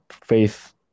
faith